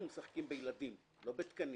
אנחנו משחקים בילדים, לא בתקנים.